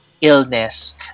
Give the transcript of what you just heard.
illness